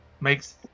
makes